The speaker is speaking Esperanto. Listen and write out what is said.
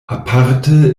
aparte